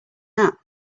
that